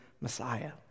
Messiah